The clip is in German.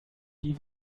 die